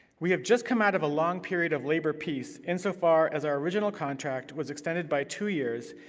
we have just come out of a long period of labor peace insofar as our original contract was extended by two years,